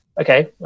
okay